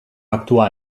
actuar